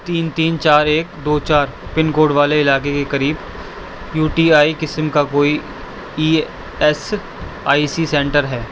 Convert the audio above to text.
تین تین چار ایک دو چار پن کوڈ والے علاقے کے قریب یو ٹی آئی قسم کا کوئی E S I C centre ہے